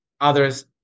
others